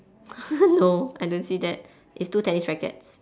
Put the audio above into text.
no I don't see that it's two tennis rackets